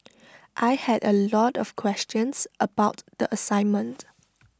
I had A lot of questions about the assignment